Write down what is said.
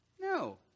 No